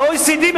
ב-OECD,